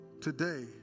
Today